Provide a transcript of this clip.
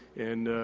and,